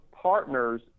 Partners